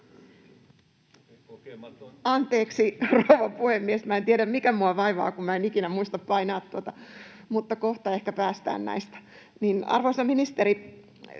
Anteeksi, rouva puhemies! Minä en tiedä, mikä minua vaivaa, kun minä en ikinä muista painaa tuota, mutta kohta ehkä päästään näistä. Niin, arvoisa ministeri,